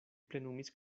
plenumis